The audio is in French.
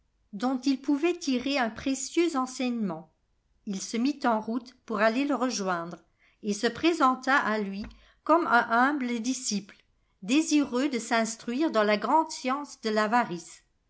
dont il pouvait tirer un précieux enseignement il se mit en route pour aller le rejoindre et se présenta à lui comme un humble disciple désireux de s'instruire dans la grande science de l'avarice